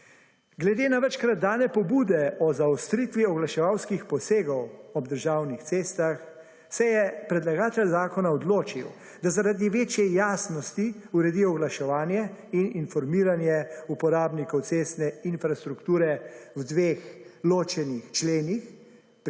Glede na večkrat dane pobude o zaostritvi oglaševalskih posegov ob državnih cestah se je predlagatelj zakona odločil, da zaradi večje jasnosti uredi oglaševanje in informiranje uporabnikov cestne infrastrukture v 2 ločenih členih,